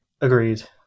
Agreed